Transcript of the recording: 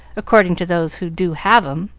according to those who do have em.